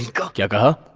clock yeah but